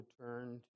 turn